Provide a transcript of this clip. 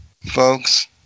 folks